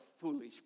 foolish